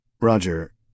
Roger